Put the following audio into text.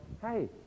hey